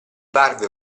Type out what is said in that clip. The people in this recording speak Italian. parve